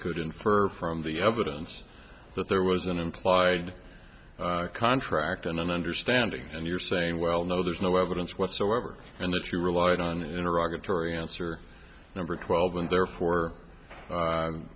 could infer from the evidence that there was an implied contract and an understanding and you're saying well no there's no evidence whatsoever and if you relied on in iraq a tory answer number twelve and therefore